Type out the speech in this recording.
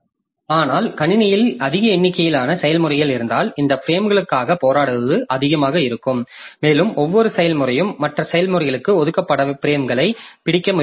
ஆனால் கணினியில் அதிக எண்ணிக்கையிலான செயல்முறைகள் இருந்தால் இந்த பிரேம்களுக்காக போராடுவது அதிகமாக இருக்கும் மேலும் ஒவ்வொரு செயல்முறையும் மற்ற செயல்முறைகளுக்கு ஒதுக்கப்பட்ட பிரேம்களைப் பிடிக்க முயற்சிக்கலாம்